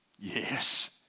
yes